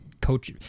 coach